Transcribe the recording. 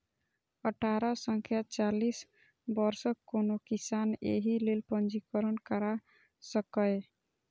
अठारह सं चालीस वर्षक कोनो किसान एहि लेल पंजीकरण करा सकैए